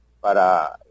para